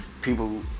people